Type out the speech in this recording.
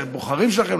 לבוחרים שלכם,